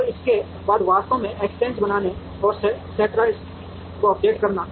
और उसके बाद वास्तव में एक्सचेंज बनाना और सेंट्रोइड को अपडेट करना